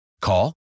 Call